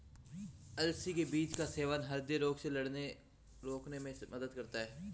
अलसी के बीज का सेवन हृदय रोगों से लड़ने रोकने में मदद कर सकता है